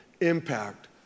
impact